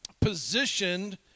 Positioned